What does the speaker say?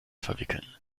verwickeln